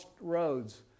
roads